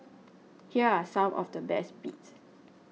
here are some of the best bits